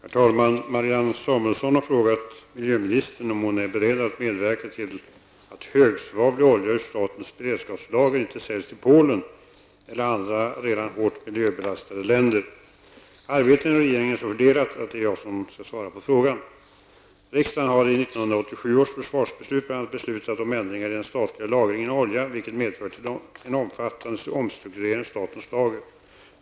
Herr talman! Marianne Samuelsson har frågat miljöministern om hon är beredd att medverka till att högsvavlig olja ur statens beredskapslager inte säljs till Polen eller andra redan hårt miljöbelastade länder. Arbetet inom regeringen är så fördelat att det är jag som skall svara på frågan. beslutat om ändringar i den statliga lagringen av olja, vilket medfört en omfattande omstrukturering av statens lager.